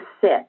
sit